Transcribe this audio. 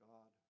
God